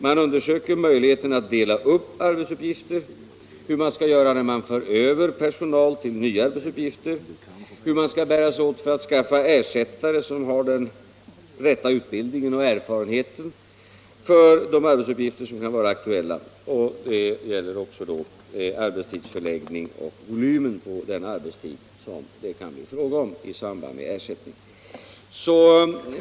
Man undersöker möjligheterna att dela upp arbetsuppgifter, hur man skall göra när man för över personal till nya arbetsuppgifter, hur man skall bära sig åt för att skaffa ersättare som har den rätta utbildningen och erfarenheten för de arbetsuppgifter som kan vara aktuella samt arbetstidsförläggning och volym på den arbetstid det kan bli fråga om i samband med att ersättare tillträder.